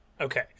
Okay